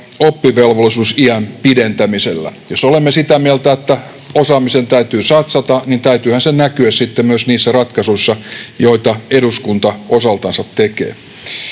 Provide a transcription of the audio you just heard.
oppivelvollisuusiän pidentämisellä. Jos olemme sitä mieltä, että osaamiseen täytyy satsata, niin täytyyhän sen näkyä sitten myös niissä ratkaisuissa, joita eduskunta osaltansa tekee.